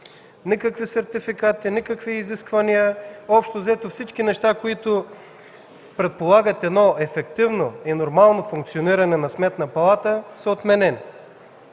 никакви сертификати и изисквания. Общо взето всички неща, които предполагат ефективно и нормално функциониране на Сметната палата, са отменени.